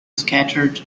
scattered